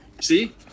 see